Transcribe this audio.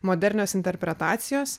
modernios interpretacijos